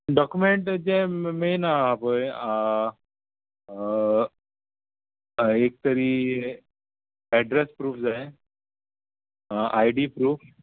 document जे main आहा पय एक तरी एड्रेस प्रूफ जाय आय डी प्रूफ